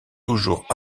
toujours